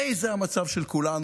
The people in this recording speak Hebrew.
זה די המצב של כולנו.